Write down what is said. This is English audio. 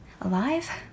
alive